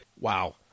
Wow